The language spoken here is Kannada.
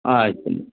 ಆಯ್ತಮ್ಮ